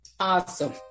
Awesome